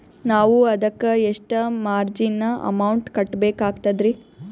ನಾವು ಅದಕ್ಕ ಎಷ್ಟ ಮಾರ್ಜಿನ ಅಮೌಂಟ್ ಕಟ್ಟಬಕಾಗ್ತದ್ರಿ?